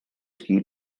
ski